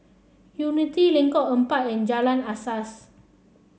Unity Lengkong Empat and Jalan Asas